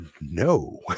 No